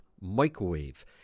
microwave